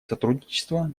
сотрудничество